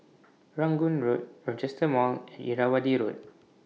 Rangoon Road Rochester Mall and Irrawaddy Road